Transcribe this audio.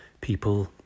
people